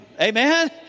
Amen